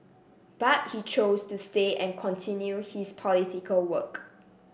but he chose to stay and continue his political work